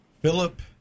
Philip